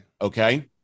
Okay